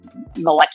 molecular